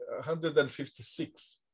156